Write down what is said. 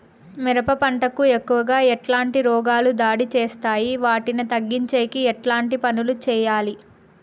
మిరప పంట కు ఎక్కువగా ఎట్లాంటి రోగాలు దాడి చేస్తాయి వాటిని తగ్గించేకి ఎట్లాంటి పనులు చెయ్యాలి?